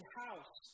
house